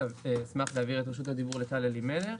אשמח להעביר את רשות הדיבור לטל אלימלך,